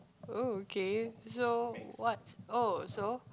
oh okay so what's oh so